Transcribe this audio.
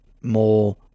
more